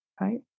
right